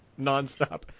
nonstop